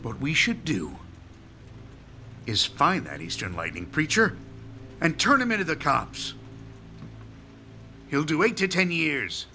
but we should do is find that eastern lighting preacher and turn him into the cops he'll do eight to ten years